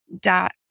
dot